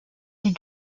die